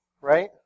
right